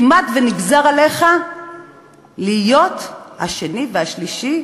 כמעט נגזר עליך להיות השני והשלישי,